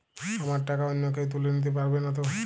আমার টাকা অন্য কেউ তুলে নিতে পারবে নাতো?